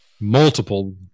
multiple